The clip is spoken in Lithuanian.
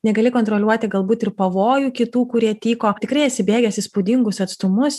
negali kontroliuoti galbūt ir pavojų kitų kurie tyko tikrai esi bėgęs įspūdingus atstumus